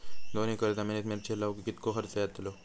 दोन एकर जमिनीत मिरचे लाऊक कितको खर्च यातलो?